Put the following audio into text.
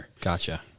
gotcha